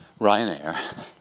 Ryanair